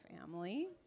family